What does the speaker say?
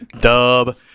Dub